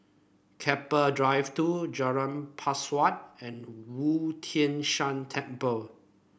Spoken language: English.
Keppel Drive Two Jalan Pesawat and Wu Tai Shan Temple